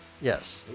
Yes